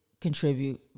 contribute